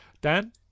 Dan